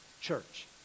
church